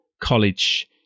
college